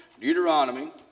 Deuteronomy